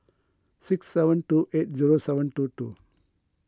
six seven two eight zero seven two two